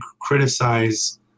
criticize